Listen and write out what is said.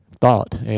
thought